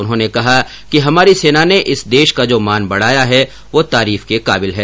उन्होंने कहा कि हमारी सेना ने इस देश का जो मान बढ़ाया है वह तारीफ के कार्बिल है